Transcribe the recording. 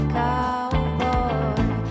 cowboy